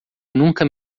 nunca